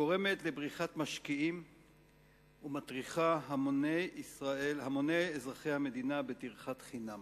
גורמת לבריחת משקיעים ומטריחה המוני אזרחי המדינה בטרחת חינם.